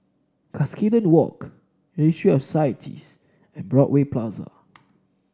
Cuscaden Walk Registry of Societies and Broadway Plaza